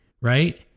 right